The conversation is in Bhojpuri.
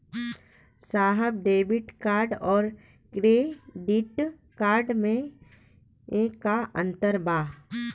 साहब डेबिट कार्ड और क्रेडिट कार्ड में का अंतर बा?